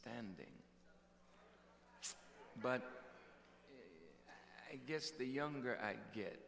standing but i guess the younger i get